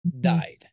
died